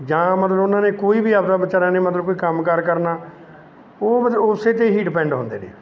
ਜਾਂ ਮਤਲਬ ਉਨ੍ਹਾਂ ਨੇ ਕੋਈ ਵੀ ਆਪਦਾ ਵਿਚਾਰਿਆਂ ਨੇ ਮਤਲਬ ਕੋਈ ਕੰਮ ਕਾਰ ਕਰਨਾ ਉਹ ਮਤਲਬ ਓਸੇ 'ਤੇ ਹੀ ਡਿਪੈਂਡ ਹੁੰਦੇ ਨੇ